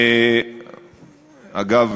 אגב,